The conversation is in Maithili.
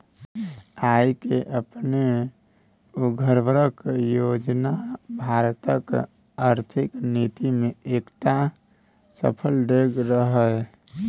आय केँ अपने उघारब योजना भारतक आर्थिक नीति मे एकटा सफल डेग रहय